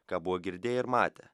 ką buvo girdėję ir matę